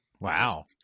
Wow